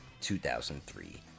2003